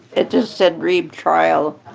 it just said reeb trial.